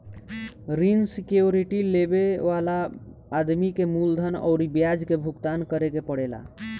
ऋण सिक्योरिटी लेबे वाला आदमी के मूलधन अउरी ब्याज के भुगतान करे के पड़ेला